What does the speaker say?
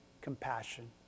compassion